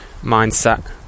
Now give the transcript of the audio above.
mindset